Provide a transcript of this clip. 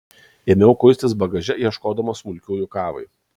ėmiau kuistis bagaže ieškodama smulkiųjų kavai